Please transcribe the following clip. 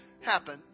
happen